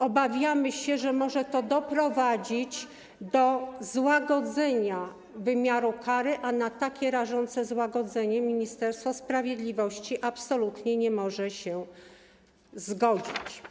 Obawiamy się, że może to doprowadzić do złagodzenia wymiaru kary, a na takie rażące złagodzenie Ministerstwo Sprawiedliwości absolutnie nie może się zgodzić.